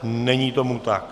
Není tomu tak.